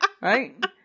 right